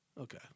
Okay